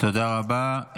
תודה רבה.